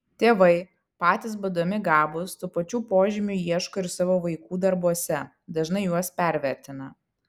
tėvai patys būdami gabūs tų pačių požymių ieško ir savo vaikų darbuose dažnai juos pervertina